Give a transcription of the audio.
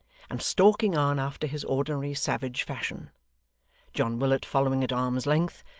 and stalking on after his ordinary savage fashion john willet following at arm's length,